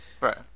right